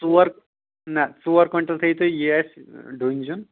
ژور نہَ ژور کۄینٛٹل تھٲوِو تُہۍ یہِ اسہِ ڈۅنۍ زِیُن